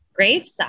gravesite